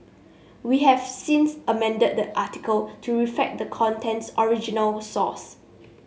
we have since amended the article to reflect the content's original source